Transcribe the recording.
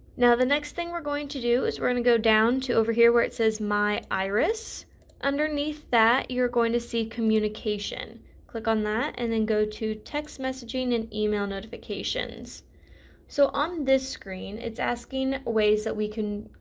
now the next thing we're going to do is we're going to go down to over here where it says my iris under that you're going to see communication click on that and then go to text messaging and email notifications so on this screen it's asking way that we can.